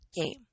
game